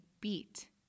beat